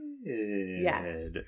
Yes